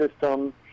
system